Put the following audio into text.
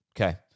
Okay